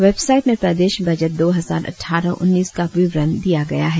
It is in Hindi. वेबसाइट में प्रदेश बजट दो हजार अटठारह उन्नीस का विवरण दिया गया है